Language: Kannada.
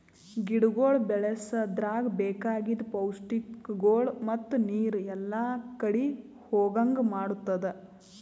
ಗಿಡಗೊಳ್ ಬೆಳಸದ್ರಾಗ್ ಬೇಕಾಗಿದ್ ಪೌಷ್ಟಿಕಗೊಳ್ ಮತ್ತ ನೀರು ಎಲ್ಲಾ ಕಡಿ ಹೋಗಂಗ್ ಮಾಡತ್ತುದ್